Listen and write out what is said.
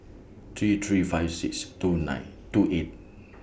three three five six two nine two eight